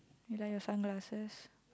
you like your sunglasses